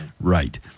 Right